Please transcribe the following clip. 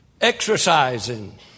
Exercising